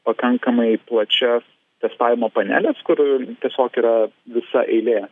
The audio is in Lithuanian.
pakankamai plačias testavimo paneles kur tiesiog yra visa eilė